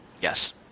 Yes